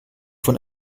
von